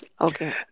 Okay